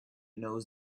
knows